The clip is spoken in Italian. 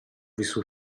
visto